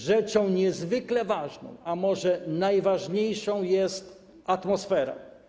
Rzeczą niezwykle ważną, może najważniejszą, jest atmosfera.